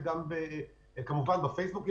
בפייסבוק,